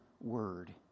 word